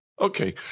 Okay